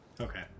Okay